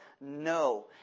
no